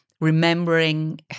remembering